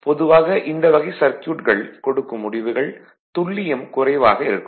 பொதுவாக இந்த வகை சர்க்யூட்கள் கொடுக்கும் முடிவுகள் துல்லியம் குறைவாக இருக்கும்